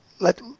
let